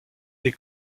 des